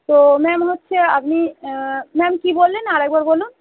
তো ম্যাম হচ্ছে আপনি ম্যাম কী বললেন আর একবার বলুন